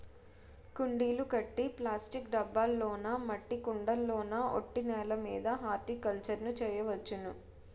కుండీలు కట్టి ప్లాస్టిక్ డబ్బాల్లోనా మట్టి కొండల్లోన ఒట్టి నేలమీద హార్టికల్చర్ ను చెయ్యొచ్చును